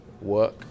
work